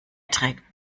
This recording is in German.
trägt